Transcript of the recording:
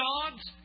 God's